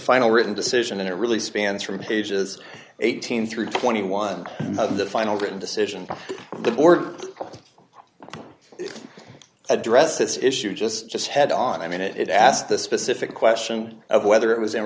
final written decision and it really spans from pages eighteen through twenty one of the final written decision to the board address this issue just just head on i mean it it asked the specific question of whether it was in